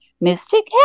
Mystic